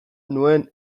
nuen